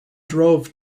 drove